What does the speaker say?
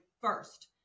first